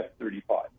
F-35